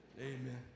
Amen